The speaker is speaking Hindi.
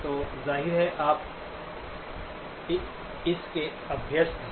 तो जाहिर है आप उस के अभ्यस्त है